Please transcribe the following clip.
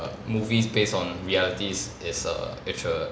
err movies based on reality is is a actu~